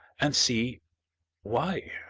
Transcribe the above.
and see why,